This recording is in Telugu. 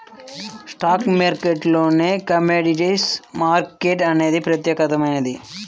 స్టాక్ మార్కెట్టులోనే కమోడిటీస్ మార్కెట్ అనేది ప్రత్యేకమైనది